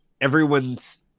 everyone's